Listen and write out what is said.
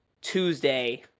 Tuesday